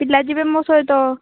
ପିଲା ଯିବେ ମୋ ସହିତ